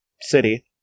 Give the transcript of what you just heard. City